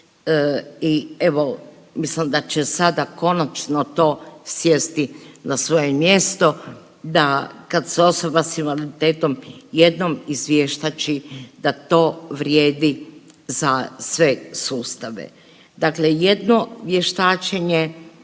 i evo mislim da će sada konačno to sjesti na svoje mjesto da kad se osoba s invaliditetom jednom izvještači da to vrijedi za sve sustave. Dakle, jedno vještačenje,